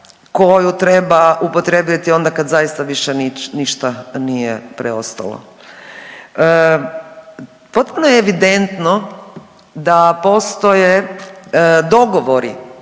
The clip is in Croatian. koju treba upotrijebiti onda kad zaista više ništa nije preostalo. Potpuno je evidentno da postoje dogovori